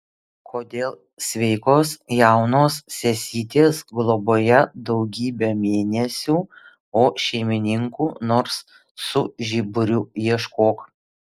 kodėl sveikos jaunos sesytės globoje daugybę mėnesių o šeimininkų nors su žiburiu ieškok